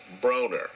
Broner